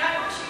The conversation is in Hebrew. אני רק מקשיבה.